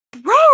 bro